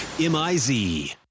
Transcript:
M-I-Z